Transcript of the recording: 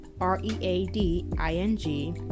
R-E-A-D-I-N-G